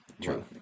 True